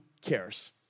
cares